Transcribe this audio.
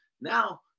Now